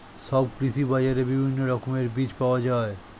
সব কৃষি বাজারে বিভিন্ন রকমের বীজ পাওয়া যায়